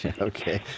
Okay